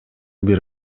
бир